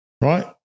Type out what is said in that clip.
right